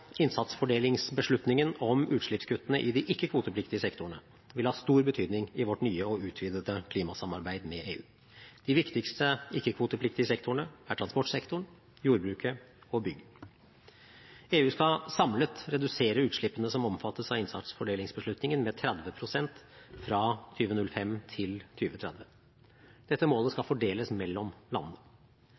innsatsfordelingsbeslutningen om utslippskuttene i de ikke-kvotepliktige sektorene vil ha stor betydning i vårt nye og utvidede klimasamarbeid med EU. De viktigste ikke-kvotepliktige sektorene er transportsektoren, jordbruket og bygg. EU skal samlet redusere utslippene som omfattes av innsatsfordelingsbeslutningen med 30 pst., fra 2005 til 2030. Dette målet skal fordeles mellom landene.